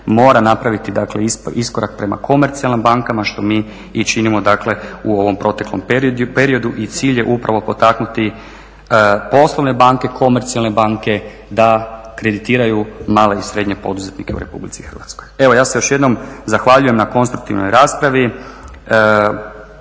mora napraviti iskorak prema komercijalnim bankama što mi i činimo dakle u ovom proteklom periodu i cilj je upravo potaknuti poslovne banke, komercijalne banke da kreditiraju male i srednje poduzetnike u Republici Hrvatskoj. Evo, ja se još jednom zahvaljujem na konstruktivnoj raspravi.